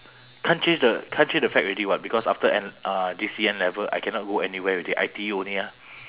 can't change the can't change the fact already [what] because after N uh G_C_E N-level I cannot go anywhere already I_T_E only ah